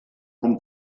com